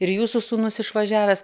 ir jūsų sūnus išvažiavęs